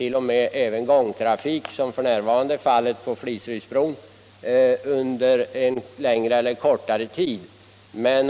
0. m. gångtrafik — det är f. n. fallet beträffande Fliserydsbron — under en längre eller kortare tid.